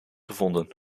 gevonden